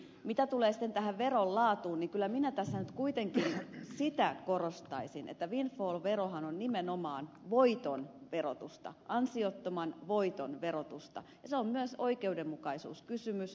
mitä tulee sitten tähän veron laatuun niin kyllä minä tässä nyt kuitenkin sitä korostaisin että windfall verohan on nimenomaan voiton verotusta ansiottoman voiton verotusta ja se on myös oikeudenmukaisuuskysymys